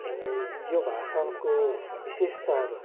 अनि यो भाषाको विशेष्ताहरू